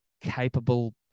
capable